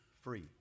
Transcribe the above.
free